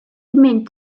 mynd